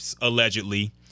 allegedly